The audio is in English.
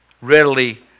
readily